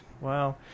Wow